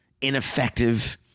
ineffective